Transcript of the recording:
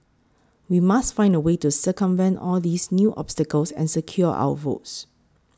we must find a way to circumvent all these new obstacles and secure our votes